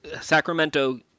Sacramento